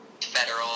federal